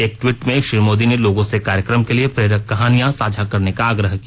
एक ट्वीट में श्री मोदी ने लोगों से कार्यक्रम के लिए प्रेरक कहानियां साझा करने का आग्रह किया